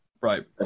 right